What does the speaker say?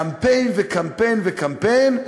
קמפיין וקמפיין וקמפיין,